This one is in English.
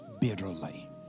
bitterly